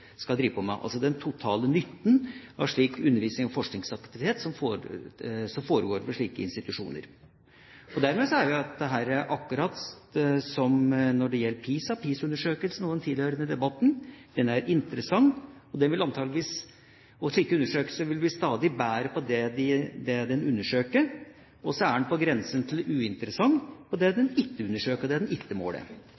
skal drive på med – altså: den totale nytten av slik undervisning og forskningsaktivitet som foregår på slike institusjoner. Dermed er dette akkurat som når det gjelder PISA-undersøkelsen og den tilhørende debatten: Den er interessant, og slike undersøkelser vil bli stadig bedre på det de undersøker. Og så er den på grensen til uinteressant i det den ikke undersøker, og det den ikke måler. Slik vil også være status for de